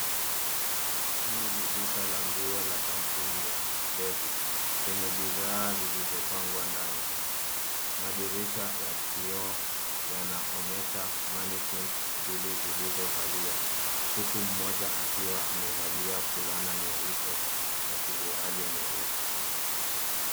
Hii ni duka la nguo la kampuni ya Levi's lenye bidhaa zilizopangwa ndani. Madirisha ya kioo yanaonyesha mannequins mbili zilizovalia, huku mmoja akiwa amevalia fulana nyeupe na suruali nyeusi.